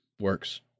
works